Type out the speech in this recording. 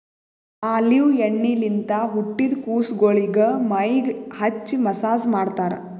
olive ಎಣ್ಣಿಲಿಂತ್ ಹುಟ್ಟಿದ್ ಕುಸಗೊಳಿಗ್ ಮೈಗ್ ಹಚ್ಚಿ ಮಸ್ಸಾಜ್ ಮಾಡ್ತರ್